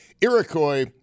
Iroquois